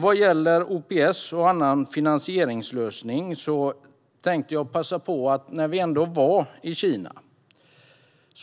Vad gäller OPS och andra finansieringslösningar vill jag nämna något annat vi gjorde när vi ändå var i Kina.